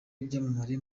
ibyamamare